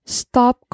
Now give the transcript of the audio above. stop